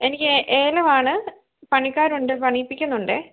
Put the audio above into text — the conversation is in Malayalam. എനിക്ക് ഏലമാണ് പണിക്കാരുണ്ട് പണിയിപ്പിക്കുന്നുണ്ട്